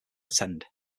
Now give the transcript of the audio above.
attend